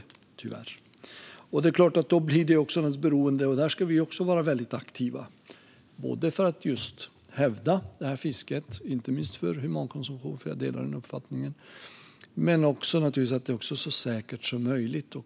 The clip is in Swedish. Detta blir såklart beroende av resultatet av det arbete som pågår, och där ska vi vara väldigt aktiva inte bara när det gäller att hävda det här fisket - inte minst för humankonsumtion, för jag delar den uppfattningen - utan också för att det ska vara så säkert som möjligt.